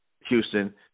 Houston